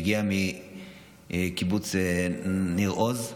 היא הגיעה מקיבוץ ניר עוז,